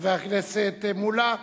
חבר הכנסת מולה.